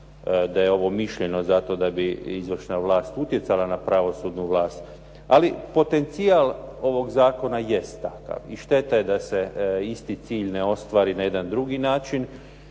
da je ovo mišljeno zato da bi izvršna vlast utjecala na pravosudnu vlast. Ali potencijal ovog zakona jest takav i šteta je da se isti cilj ne ostvari na jedan drugi način.